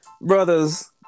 Brothers